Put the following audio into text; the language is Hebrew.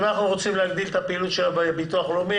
אם אנחנו רוצים להגדיל את הפעילות של הביטוח הלאומי,